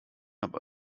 aber